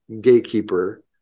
gatekeeper